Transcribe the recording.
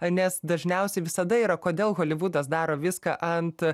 nes dažniausiai visada yra kodėl holivudas daro viską ant